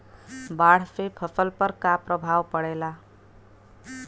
बाढ़ से फसल पर क्या प्रभाव पड़ेला?